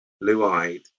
blue-eyed